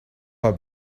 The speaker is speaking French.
pas